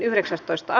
asia